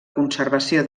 conservació